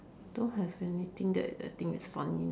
don't have anything that I think is funny now